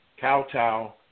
kowtow